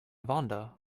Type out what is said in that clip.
vonda